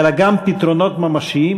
אלא גם פתרונות ממשיים,